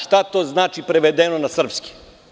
Šta to znači prevedeno na srpski?